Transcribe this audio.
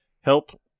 help